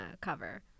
cover